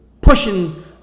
pushing